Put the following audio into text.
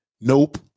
Nope